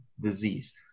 disease